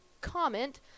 comment